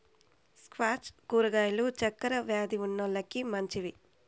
squash కూరగాయలు చక్కర వ్యాది ఉన్నోలకి మంచివి